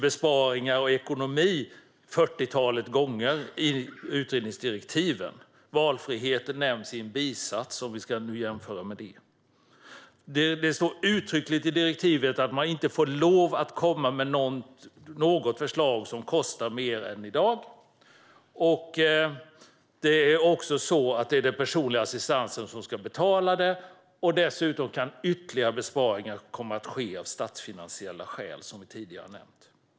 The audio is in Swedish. Besparingar och ekonomi nämns fyrtiotalet gånger i utredningsdirektiven. Valfrihet nämns i en bisats, om vi ska jämföra med det. Det står uttryckligt i direktivet att man inte får lov att komma med något förslag som kostar mer än i dag, att det är den personliga assistansen som ska betala det och att ytterligare besparingar kan komma att ske av statsfinansiella skäl, vilket tidigare nämnts. Fru talman!